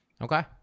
Okay